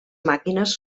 màquines